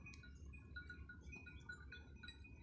ನಾ ಹೋದ ಮೂರು ತಿಂಗಳದಾಗ ಎಷ್ಟು ರೊಕ್ಕಾ ತಕ್ಕೊಂಡೇನಿ ಅಂತ ಸಲ್ಪ ನೋಡ ಹೇಳ್ರಿ